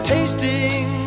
Tasting